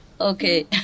Okay